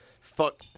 fuck